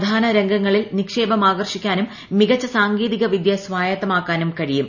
പ്രധാന രംഗങ്ങളിൽ നിക്ഷേപം ആകർഷിക്കാനും മികച്ച സാങ്കേതിക വിദ്യ സ്വായത്തമാക്കാനും കഴിയും